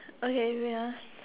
okay wait